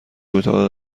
اتاق